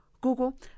Google